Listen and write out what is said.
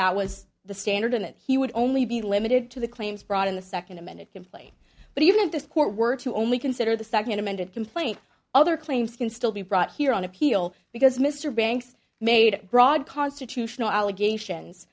that was the standard and that he would only be limited to the claims brought in the second amended complaint but even if this court were to only consider the second amended complaint other claims can still be brought here on appeal because mr banks made broad constitutional allegations